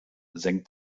senkt